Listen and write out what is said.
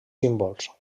símbols